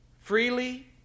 freely